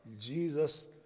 Jesus